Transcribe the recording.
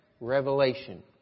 revelation